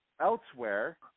elsewhere